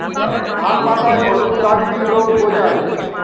ধান পাতায় হলুদ দাগ কি রোগ বোঝায়?